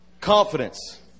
Confidence